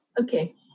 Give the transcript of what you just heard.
Okay